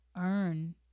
earn